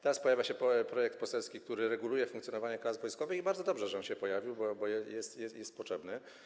Teraz pojawia się projekt poselski, który reguluje funkcjonowanie klas wojskowych, i bardzo dobrze, że on się pojawił, bo jest potrzebny.